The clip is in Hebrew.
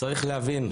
צריך להבין,